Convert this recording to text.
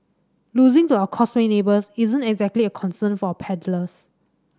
losing to our Causeway neighbours isn't exactly a concern for our paddlers